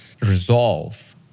resolve